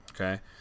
okay